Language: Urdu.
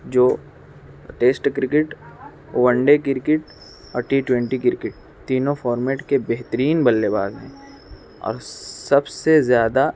جو test cricket one day cricket اور ٹی ٹوئنٹی کرکٹ تینوں فارمیٹ کے بہترین بلے باز ہیں اور سب سے زیادہ